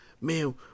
man